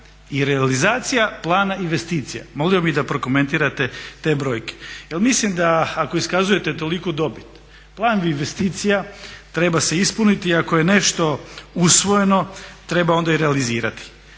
i realizacija plana investicija. Molio bih da prokomentirate te brojke. Jer mislim da ako iskazujete toliku dobit plan investicija treba se ispuniti i ako je nešto usvojeno treba onda i realizirati,